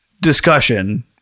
discussion